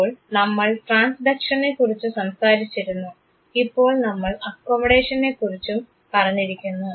അപ്പോൾ നമ്മൾ ട്രാൻസ്ഡക്ഷനെകുറിച്ച് സംസാരിച്ചിരുന്നു ഇപ്പോൾ നമ്മൾ അക്കോമഡേഷനെകുറിച്ചും പറഞ്ഞിരിക്കുന്നു